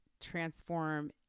transform